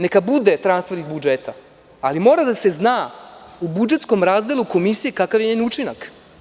Neka bude transfer iz budžeta ali mora da se zna u budžetskom razdelu komisije kakav je njen učinak.